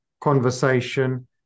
conversation